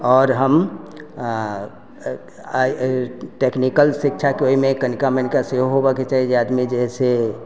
आओर हम टेक्निकल शिक्षाके ओयमे कनिका मनिका सेहो होबऽके चाही जे आदमी है से